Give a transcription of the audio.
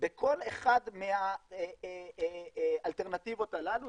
בכל אחת מהאלטרנטיבות הללו.